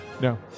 No